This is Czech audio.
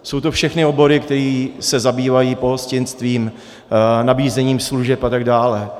Jsou to všechny obory, které se zabývají pohostinstvím, nabízením služeb atd.